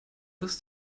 this